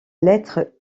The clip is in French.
lettre